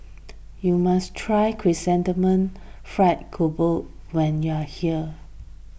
you must try Chrysanthemum Fried Grouper when you are here